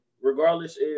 regardless